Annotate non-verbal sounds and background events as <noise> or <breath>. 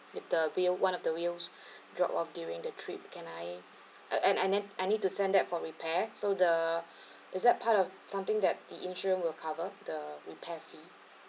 the wheel one of the wheel <breath> dropped off during the trip can I and and and I need to send that for repair so the <breath> is that part of something that the insurance will cover the repair fee